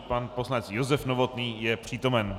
Pan poslanec Josef Novotný je přítomen.